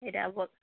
এতিয়া ব